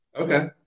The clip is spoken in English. Okay